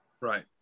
Right